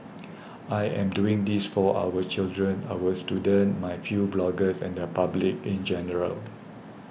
I am doing this for our children our students my few bloggers and the public in general